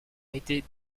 été